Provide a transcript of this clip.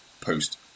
post